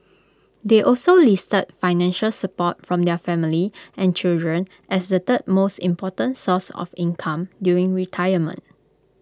they also listed financial support from their family and children as the third most important source of income during retirement